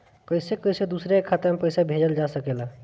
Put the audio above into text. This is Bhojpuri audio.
कईसे कईसे दूसरे के खाता में पईसा भेजल जा सकेला?